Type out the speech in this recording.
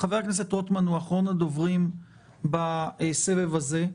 חבר הכנסת רוטמן הוא אחרון הדוברים בסבב הזה.